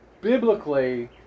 biblically